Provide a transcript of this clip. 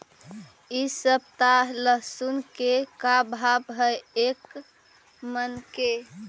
इ सप्ताह लहसुन के का भाव है एक मन के?